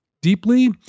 deeply